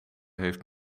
heeft